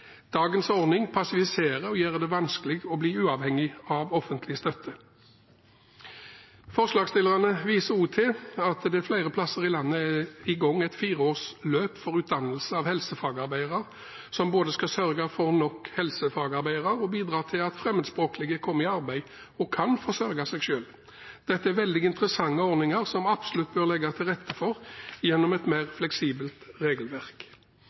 Dagens ordning passiviserer og gjør det vanskelig å bli uavhengig av offentlig støtte. Forslagsstillerne viser også til at det flere steder i landet er i gang et fire års løp for utdannelse av helsefagarbeidere, som både skal sørge for nok helsefagarbeidere og bidra til at fremmedspråklige kommer i arbeid og kan forsørge seg selv. Dette er veldig interessante ordninger, som man absolutt bør legge til rette for gjennom et mer fleksibelt regelverk.